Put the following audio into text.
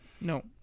No